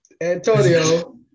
Antonio